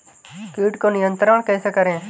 कीट को नियंत्रण कैसे करें?